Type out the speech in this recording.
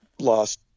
lost